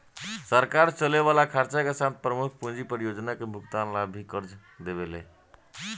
सरकार चले वाला खर्चा के साथे प्रमुख पूंजी परियोजना के भुगतान ला भी कर्ज देवेले